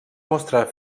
mostrar